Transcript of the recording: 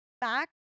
back